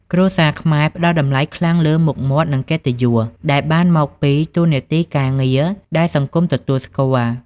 គ្រួសារខ្មែរផ្តល់តម្លៃខ្លាំងលើ "មុខមាត់" និង "កិត្តិយស" ដែលបានមកពីតួនាទីការងារដែលសង្គមទទួលស្គាល់។